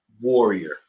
warrior